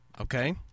okay